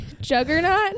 Juggernaut